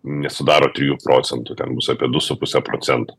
nesudaro trijų procentų ten bus apie du su puse procento